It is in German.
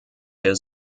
der